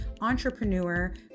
entrepreneur